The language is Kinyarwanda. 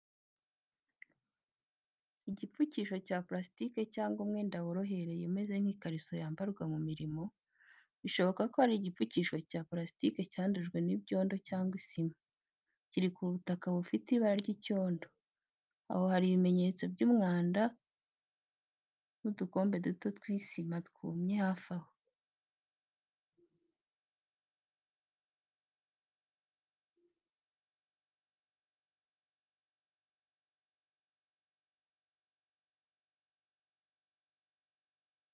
Igipfukisho cya parasitike cyangwa umwenda worohereye umeze nk’ikariso yambarwa mu mirimo, bishoboka ko ari igipfukisho cya purasitike cyandujwe n'ibyondo cyangwa isima. Kiri ku butaka bufite ibara ry'icyondo, aho hari ibimenyetso by’umwanda n’udukombe duto tw’isima yumye hafi aho.